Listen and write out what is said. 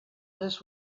this